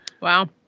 Wow